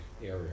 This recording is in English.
area